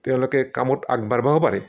তেওঁলোকে কামত আগবাঢ়িবও পাৰে